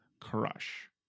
crush